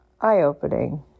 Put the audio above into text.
eye-opening